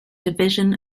division